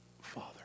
father